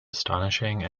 astonishing